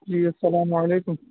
جی السلام علیکم